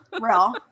Real